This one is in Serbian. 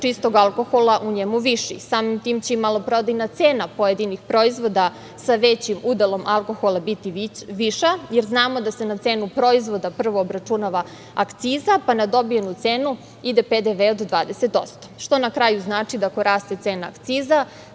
čistog alkohola u njemu viši, samim tim će maloprodajna cena pojedinih proizvoda sa većim udelom alkohola biti viša, jer znamo da se na cenu proizvoda prvo obračunava akciza, pa na dobijenu cenu ide PDV od 20%, što na kraju znači da ako raste cena akciza